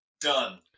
done